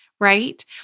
right